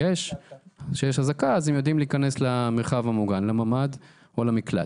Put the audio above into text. וכשיש אזעקה הם יודעים להיכנס למרחב המוגן; לממ"ד או למקלט.